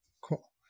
cool